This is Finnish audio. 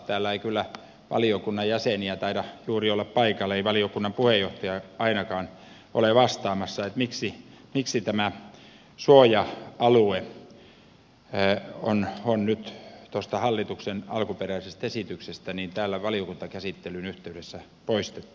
täällä ei kyllä valiokunnan jäseniä taida juuri olla paikalla ei valiokunnan puheenjohtaja ainakaan ole vastaamassa siihen miksi tämä suoja alue on nyt tuosta hallituksen alkuperäisestä esityksestä täällä valiokuntakäsittelyn yhteydessä poistettu